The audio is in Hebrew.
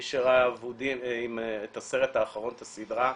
מי שראה את הסדרה אבודים,